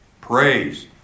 praise